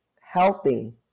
healthy